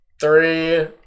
Three